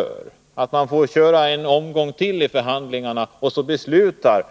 När man inte kan enas får man köra ytterligare en omgång i förhandlingarna, och sedan beslutar